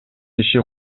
иши